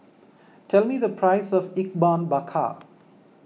tell me the price of Ikan Bakar